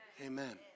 Amen